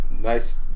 nice